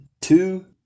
two